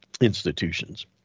institutions